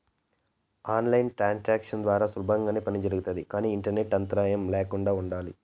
on line transactions ద్వారా సులభంగానే పని జరుగుతుంది కానీ ఇంటర్నెట్ అంతరాయం ల్యాకుండా ఉండాలి